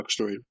backstory